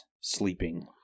sleeping